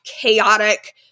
chaotic